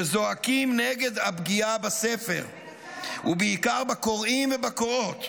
שזועקים נגד הפגיעה בספר ובעיקר בקוראים ובקוראות.